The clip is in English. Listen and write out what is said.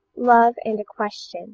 love and a question